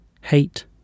hate